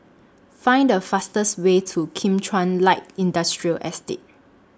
Find The fastest Way to Kim Chuan Light Industrial Estate